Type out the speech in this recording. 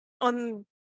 on